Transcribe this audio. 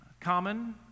Common